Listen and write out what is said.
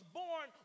born